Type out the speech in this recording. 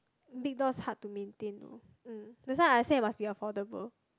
big dogs hard to maintain though mm that's why I say must be affordable